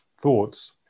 thoughts